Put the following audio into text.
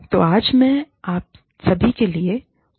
तो आज मैं आप सभी के लिए है